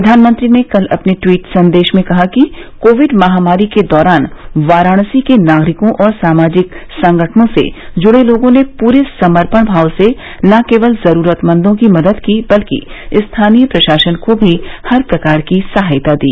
प्रधानमंत्री ने कल अपने ट्वीट संदेश में कहा कि कोविड महामारी के दौरान वाराणसी के नागरिकों और सामाजिक संगठनों से जुड़े लोगों ने पूरे समर्पण भाव से न केवल जरूरतमंदों की मदद की बल्कि स्थानीय प्रशासन को भी हर प्रकार की सहायता दी